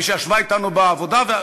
ושישבה אתנו בישיבה,